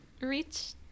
reach